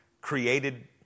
created